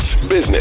business